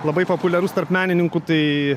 labai populiarus tarp menininkų tai